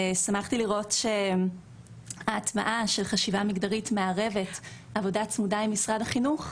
שמחתי לראות שההטמעה של חשיבה מגדרית מערבת עבודה צמודה עם משרד החינוך,